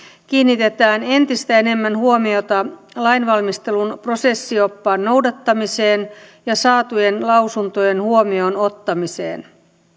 kiinnitetään entistä enemmän huomiota lainvalmistelun prosessioppaan noudattamiseen ja saatujen lausuntojen huomioonottamiseen